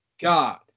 God